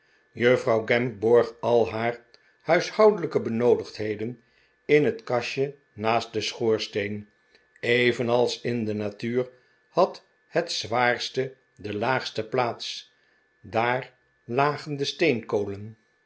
juffrouw gamp borg al haar huishoudelijke benoodigdheden in een kastje naast den schoorsteen evenals in de natuur had het zwaarste de laagste plaats daar lagen de